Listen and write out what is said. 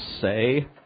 say